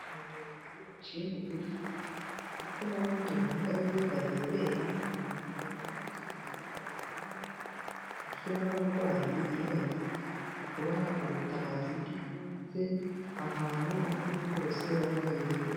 Abagabo babiri baciye bugufi ndetse n'abandi bahagaze barebera, barimo baratunganya agatanda bashyiraho abarwayi iyo bagiye kubaha ubutabazi bw'ibanze, ahantu aho ari ho hose baba baherereye.